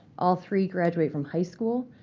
all three graduate from high school.